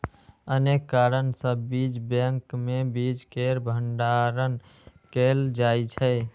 अनेक कारण सं बीज बैंक मे बीज केर भंडारण कैल जाइ छै